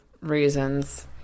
reasons